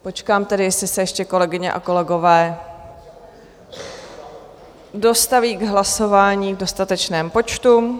Počkám tedy, jestli se ještě kolegyně a kolegové dostaví k hlasování v dostatečném počtu.